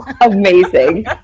Amazing